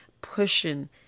pushing